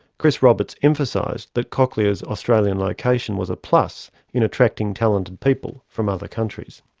chris roberts emphasised that cochlear's australian location was a plus in attracting talented people from other countries.